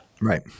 Right